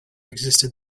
existed